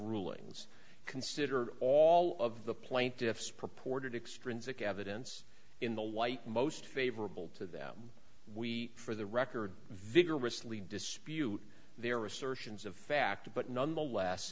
rulings consider all of the plaintiffs purported extrinsic evidence in the light most favorable to them we for the record vigorously dispute their assertions of fact but nonetheless